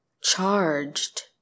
charged